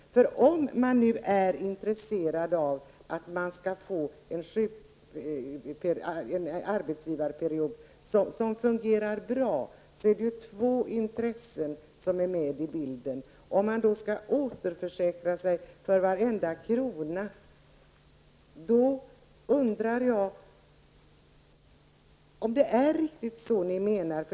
Om man nu är intresserad av att få en arbetsgivarperiod som fungerar bra, är det två intressen med i bilden. Skall man då återförsäkra sig för varenda krona? Jag undrar om det är vad ni menar.